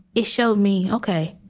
it show me. ok,